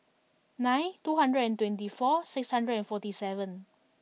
nine two hundred and twenty four six hundred and forty seven